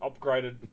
upgraded